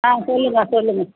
ஆ சொல்லுங்கள் சொல்லுங்கள்